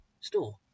store